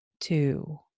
two